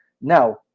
Now